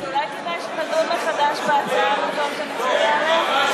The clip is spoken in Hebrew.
אז אולי כדאי שנדון מחדש בהצעה במקום שנצביע עליה?